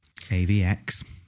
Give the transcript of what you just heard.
AVX